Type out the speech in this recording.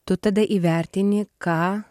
tu tada įvertini ką